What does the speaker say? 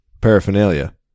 paraphernalia